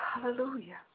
Hallelujah